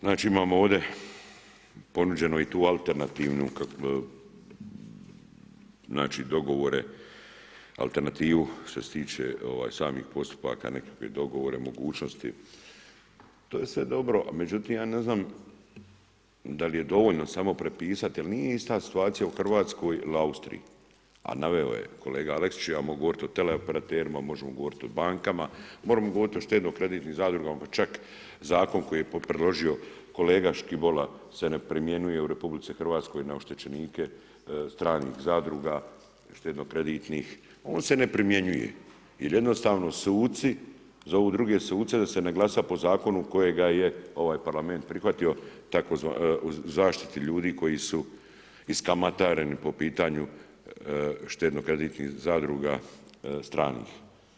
Znači imamo ovdje ponuđeno i tu alternativnu, znači dogovore, alternativu što se tiče samih postupaka, nekakve dogovore, mogućnosti, to je sve dobro, međutim ja ne znam da li je dovoljno samo prepisat ili nije, ista situacija u Hrvatskoj ili Austriji, a naveo je kolega Aleksić, ja mogu govorit o teleoperaterima, možemo govorit o bankama, možemo govorit o štedno kreditnim zadrugama pa čak zakon koji je predložio kolega Škibola se ne primjenjuje u RH na oštećenike stranih zadruga, štedno kreditnih, on se ne primjenjuje jer jednostavno suci zovu druge suce da se ne glasa po zakonu kojega je ovaj parlament prihvatio o zaštiti ljudi koji su iskamatareni po pitanju štedno kreditnih zadruga stranih.